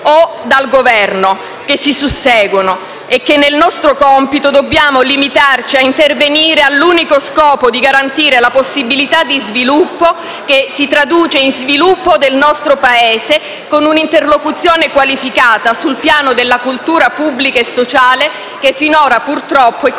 o dai Governi che si susseguono e che, nel nostro compito, dobbiamo limitarci a intervenire all'unico scopo di garantire la possibilità di sviluppo che si traduce in sviluppo del nostro Paese, con un'interlocuzione qualificata sul piano della cultura pubblica e sociale che finora, purtroppo, è completamente